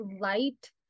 light